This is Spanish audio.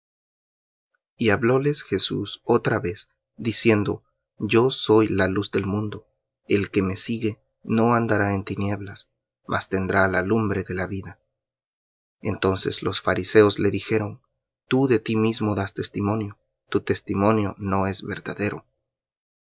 y hablóles jesús otra vez diciendo yo soy la luz del mundo el que me sigue no andará en tinieblas mas tendrá la lumbre de la vida entonces los fariseos le dijeron tú de ti mismo das testimonio tu testimonio no es verdadero